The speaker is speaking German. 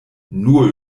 nur